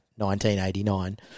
1989